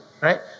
right